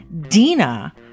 Dina